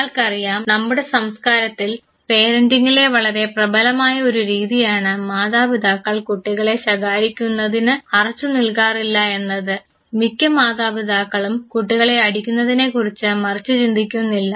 നിങ്ങൾക്കറിയാം നമ്മുടെ സംസ്കാരത്തിൽ പേരെൻറിങ്ലെ വളരെ പ്രബലമായ ഒരു രീതിയാണ് മാതാപിതാക്കൾ കുട്ടികളെ ശകാരിക്കുന്നതിന് അറച്ചു നിൽക്കാറില്ല എന്നത് മിക്ക മാതാപിതാക്കളും കുട്ടികളെ അടിക്കുന്നതിനെക്കുറിച്ച് മറിച്ച് ചിന്തിക്കുന്നില്ല